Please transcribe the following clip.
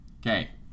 Okay